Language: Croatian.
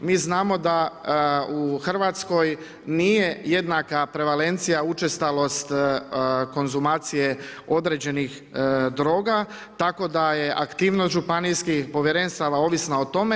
Mi znamo da u Hrvatskoj nije jednaka prevalencija učestalost konzumacije određenih droga, tako da je aktivnost županijskih povjerenstava ovisna o tome.